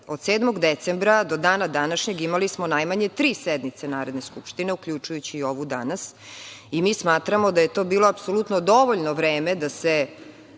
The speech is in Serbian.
Od 7. decembra do dana današnjeg imali smo najmanje tri sednice Narodne skupštine, uključujući i ovu danas, i mi smatramo da je to bilo apsolutno dovoljno vreme da se